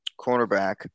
cornerback